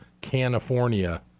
California